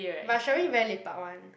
but Sherwin very lepak [one]